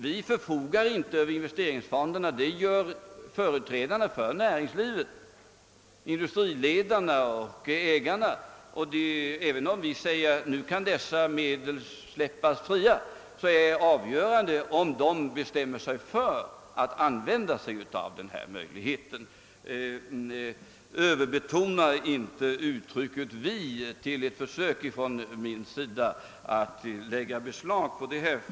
Vi förfogar inte över investeringsfonderna utan det gör företrädarna för näringslivet — industriledarna och ägarna. Även om vi säger att medlen släpps fria, så är det de som avgör om de vill använda sig av den möjligheten. Överbetona alltså inte ut trycket »vi» som om det skulle gälla ett försök från min sida att lägga beslag på någonting.